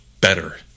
better